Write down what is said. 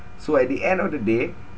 so at the end of the day